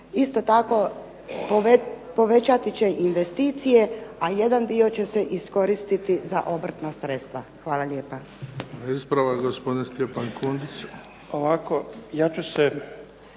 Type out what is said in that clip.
Isto tako, povećati će investicije, a jedan dio će se iskoristiti za obrtna sredstva. Hvala lijepa.